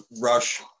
Rush